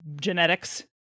genetics